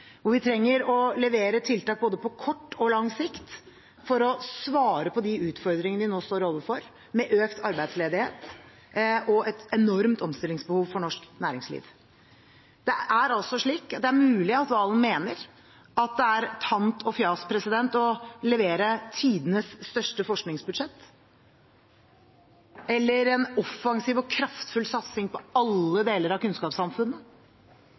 hvor vi trenger å levere tiltak på både kort og lang sikt for å svare på de utfordringene vi nå står overfor, med økt arbeidsledighet og et enormt omstillingsbehov for norsk næringsliv. Det er mulig at Serigstad Valen mener det er tant og fjas å levere tidenes største forskningsbudsjett, eller en offensiv og kraftfull satsing på alle deler av kunnskapssamfunnet,